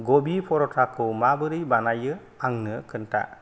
गबि पराटाखौ माबोरै बानायो आंनो खोन्था